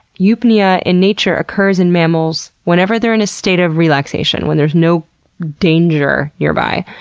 eupnea in nature occurs in mammals whenever they're in a state of relaxation, when there's no danger nearby.